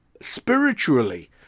spiritually